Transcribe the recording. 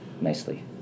nicely